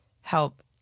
help